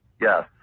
Yes